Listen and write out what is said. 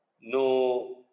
no